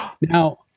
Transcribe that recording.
Now